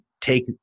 take